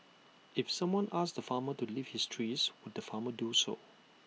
if someone asked the farmer to leave his trees would the farmer do so